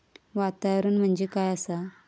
वातावरण म्हणजे काय आसा?